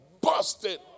busted